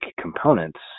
components